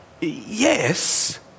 Yes